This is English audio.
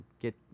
get